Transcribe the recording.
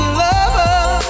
lover